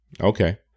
Okay